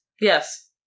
Yes